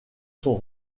sont